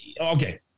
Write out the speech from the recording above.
okay